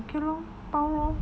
okay lor 包 lor